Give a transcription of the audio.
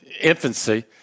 infancy